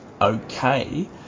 okay